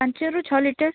ପାଞ୍ଚରୁ ଛଅ ଲିଟର